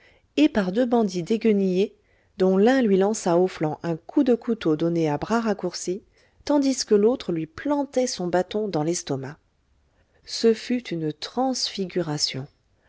et par deux bandits déguenillés dont l'un lui lança au flanc un coup de couteau donné à bras raccourci tandis que l'autre lui plantait son bâton dans l'estomac ce fut une transfiguration